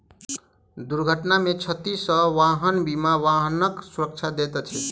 दुर्घटना में क्षति सॅ वाहन बीमा वाहनक सुरक्षा दैत अछि